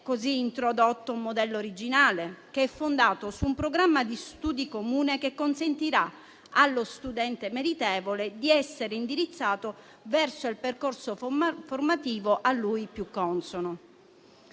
così introdotto un modello originale fondato su un programma di studi comuni, che consentirà allo studente meritevole di essere indirizzato verso il percorso formativo a lui più consono.